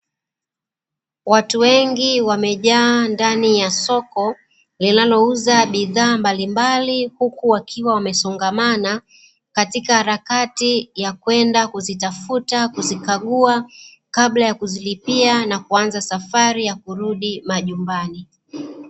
Watu wengi wamejaa ndani ya soko linalouza bidhaa mbalimbali, huku wakiwa wamesongamana katika harakati ya kwenda kuzitafuta, kuzikagua kabla ya kuzilipia na kuanza safari ya kurudi majumbani.